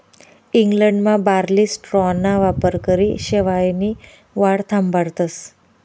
इंग्लंडमा बार्ली स्ट्राॅना वापरकरी शेवायनी वाढ थांबाडतस